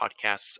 podcasts